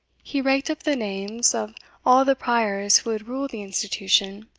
he raked up the names of all the priors who had ruled the institution,